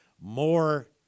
more